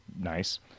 nice